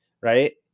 right